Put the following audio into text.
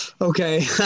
Okay